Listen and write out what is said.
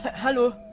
hello!